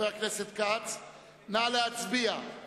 נא להצביע.